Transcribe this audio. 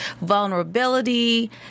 vulnerability